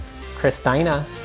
Christina